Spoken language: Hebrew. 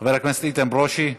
חבר הכנסת איתן ברושי,